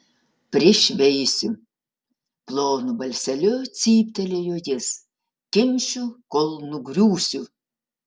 prišveisiu plonu balseliu cyptelėjo jis kimšiu kol nugriūsiu